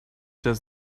does